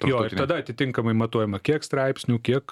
jo ir tada atitinkamai matuojama kiek straipsnių kiek